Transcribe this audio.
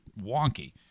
wonky